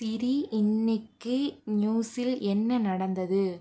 சிரி இன்னிக்கு நியூஸில் என்ன நடந்தது